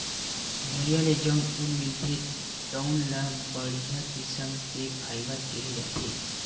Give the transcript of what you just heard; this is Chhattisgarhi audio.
भेड़िया ले जउन ऊन मिलथे तउन ल बड़िहा किसम के फाइबर केहे जाथे